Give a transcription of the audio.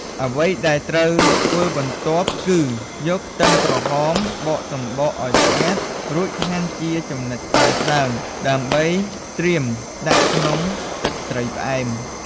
អ្វីដែលត្រូវធ្វើបន្ទាប់គឺ យកខ្ទឹមក្រហម បកសំបកឱ្យស្អាតរួចហាន់ជាចំណិតស្ដើងៗ ដើម្បីត្រៀមដាក់ក្នុងទឹកត្រីផ្អែម។